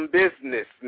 business